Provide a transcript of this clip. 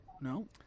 No